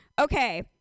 Okay